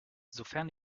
sofern